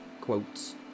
quotes